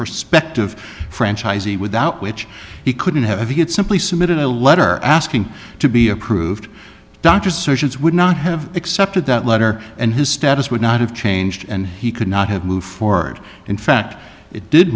perspective franchisee without which he couldn't have you could simply submitted a letter asking to be approved doctors surgeons would not have accepted that letter and his status would not have changed and he could not have moved forward in fact it did